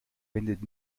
wendet